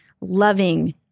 loving